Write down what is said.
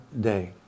day